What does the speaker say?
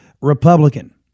Republican